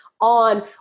on